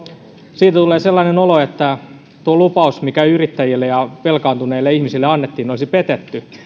siitä tulee sellainen olo että tuo lupaus mikä yrittäjille ja velkaantuneille ihmisille annettiin olisi petetty